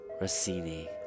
Rossini